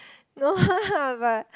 no lah but